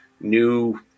new